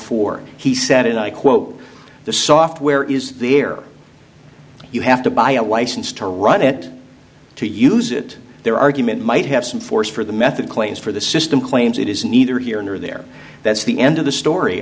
four he said and i quote the software is the air you have to buy a license to run it to use it their argument might have some force for the method claims for the system claims it is neither here nor there that's the end of the story